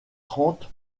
trente